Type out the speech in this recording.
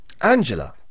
Angela